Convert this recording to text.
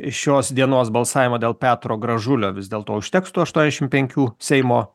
šios dienos balsavimo dėl petro gražulio vis dėlto užteks tų aštuoniasdešim penkių seimo